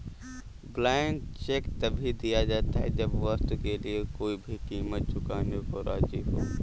blank cheque तभी दिया जाता है जब वस्तु के लिए कोई भी कीमत चुकाने को राज़ी हो